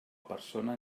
persona